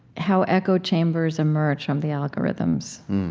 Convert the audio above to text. how echo chambers emerge from the algorithms.